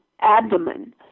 abdomen